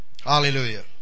Hallelujah